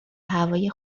هوای